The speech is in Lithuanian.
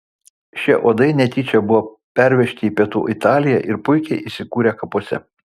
šie uodai netyčia buvo pervežti į pietų italiją ir puikiai įsikūrė kapuose